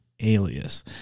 alias